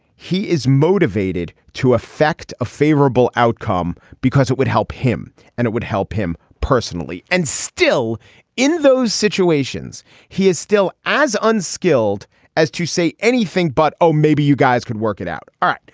he is motivated to effect a favorable outcome because it would help him and it would help him personally and still in those situations he is still as unskilled as to say anything but oh maybe you guys could work it out all right.